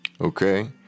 okay